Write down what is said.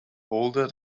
older